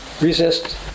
resist